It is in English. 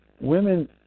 women